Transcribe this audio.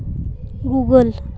Google